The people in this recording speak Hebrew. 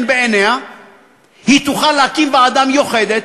בעיניה היא תוכל להקים ועדה מיוחדת,